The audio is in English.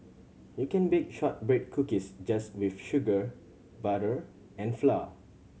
you can bake shortbread cookies just with sugar butter and flour